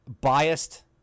biased